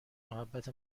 محبت